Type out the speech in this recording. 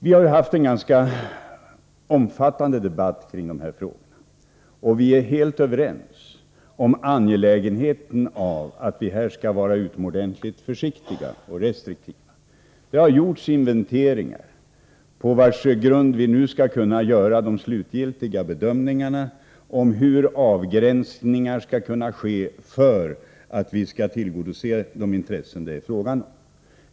Vi har haft en ganska omfattande debatt kring de här frågorna, och vi är helt överens om att det är angeläget att vi här är utomordentligt försiktiga och restriktiva. Det har gjorts inventeringar, på vilkas grund vi nu skall kunna göra de slutgiltiga bedömningarna av hur avgränsningar skall kunna ske för att vi skall tillgodose de intressen det är fråga om.